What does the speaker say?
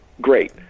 great